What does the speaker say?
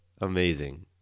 amazing